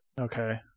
okay